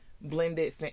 blended